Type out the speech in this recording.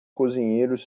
cozinheiros